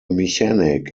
mechanic